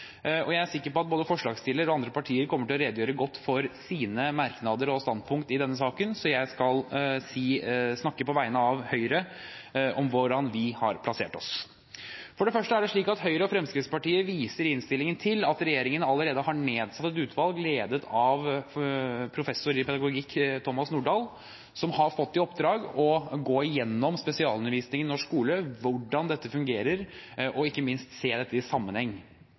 om. Jeg er sikker på at både forslagsstillerne og andre partier kommer til å redegjøre godt for sine merknader og standpunkter i denne saken, så jeg skal snakke på vegne av Høyre om hvordan vi har plassert oss. For det første er det slik at Høyre og Fremskrittspartiet i innstillingen viser til at regjeringen allerede har nedsatt et utvalg, ledet av professor i pedagogikk, Thomas Nordahl, som har fått i oppdrag å gå igjennom spesialundervisningen i norsk skole, hvordan dette fungerer, og ikke minst se dette i sammenheng.